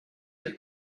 your